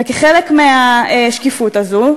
וכחלק מהשקיפות הזו,